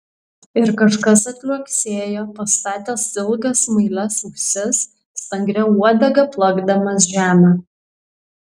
ir kažkas atliuoksėjo pastatęs ilgas smailias ausis stangria uodega plakdamas žemę